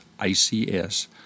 ICS